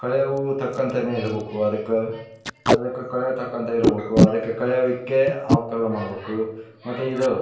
ಕಳೆವು ತಕ್ಕೊಂತನೇ ಇರ್ಬೇಕು ಅದಕ್ಕೆ ಅದಕ್ಕೆ ಕಳೆ ತಕ್ಕೊಂತ ಇರ್ಬೇಕು ಅದಕ್ಕೆ ಕಳೆಕೆ ಅವುಕ್ಕೆಲ್ಲ ಮಾಡ್ಬೇಕು ಮತ್ತು ಇದು